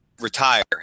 retire